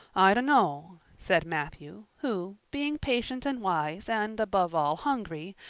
i dunno, said matthew, who, being patient and wise and, above all, hungry,